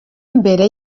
imbere